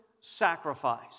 sacrifice